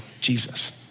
Jesus